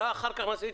ממשיך: